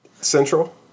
central